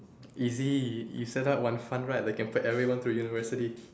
easy you set up one fund right that can put everyone through university